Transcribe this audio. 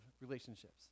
relationships